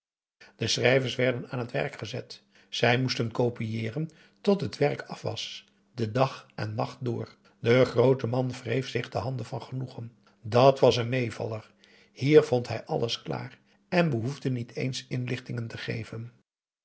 de schrijvers werden aan het werk gezet zij moesten copieeren tot het werk af was den dag en nacht door de groote man wreef zich de handen van genoegen dat was een meêvaller hier vond hij alles klaar en behoefde niet eens inlichtingen te geven